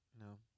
No